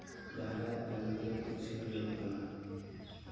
ᱡᱟᱦᱟᱸᱭᱟᱜ ᱪᱟᱸᱫᱳᱠᱤᱭᱟᱹ ᱛᱤᱠᱤᱪᱪᱷᱟ ᱦᱩᱭᱩᱜ ᱠᱟᱱᱟ